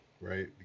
right